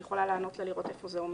אני יכולה לענות לה ולראות איפה זה עומד.